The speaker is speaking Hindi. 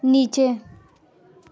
नीचे